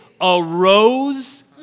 arose